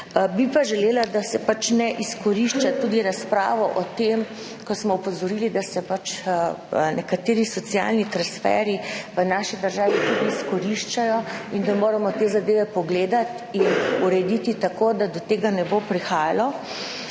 Bi pa želela, da se razprave pač ne izkorišča tudi glede tega, ko smo opozorili, da se pač nekateri socialni transferji v naši državi tudi izkoriščajo in da moramo te zadeve pogledati in urediti tako, da do tega ne bo prihajalo.